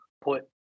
put